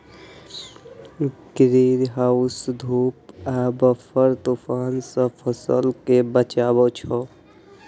greenhouse धूल आ बर्फक तूफान सं फसल कें बचबै छै